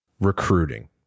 recruiting